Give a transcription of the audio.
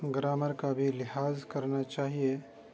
grammar کا بھی لحاظ کرنا چاہیے